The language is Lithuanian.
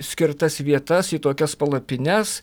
skirtas vietas į tokias palapines